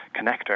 connector